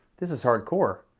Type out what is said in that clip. this is hardcore.